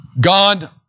God